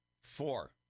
Four